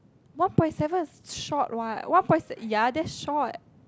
one point seven is short what one point ya that's short